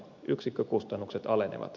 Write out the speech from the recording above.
yksikkökustannukset alenevat